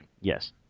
yes